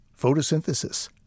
photosynthesis